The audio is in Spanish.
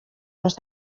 los